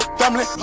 family